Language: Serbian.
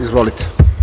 Izvolite.